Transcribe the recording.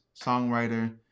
songwriter